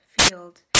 field